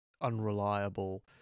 unreliable